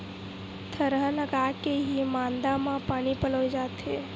थरहा लगाके के ही मांदा म पानी पलोय जाथे